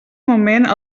moment